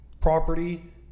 property